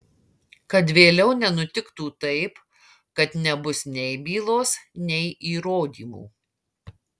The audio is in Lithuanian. kad vėliau nenutiktų taip kad nebus nei bylos nei įrodymų